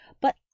But